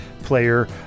player